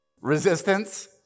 Resistance